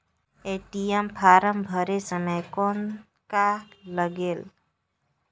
ATM form भरे समय कौन का लगेल?